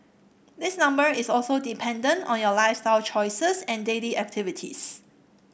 this number is also dependent on your lifestyle choices and daily activities